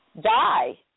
die